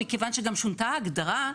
מכיוון שגם שונתה ההגדרה,